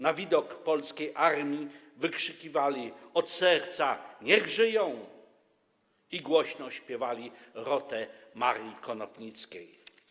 Na widok polskiej armii wykrzykiwali od serca „Niech żyją!” i głośno śpiewali „Rotę” Marii Konopnickiej.